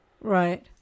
Right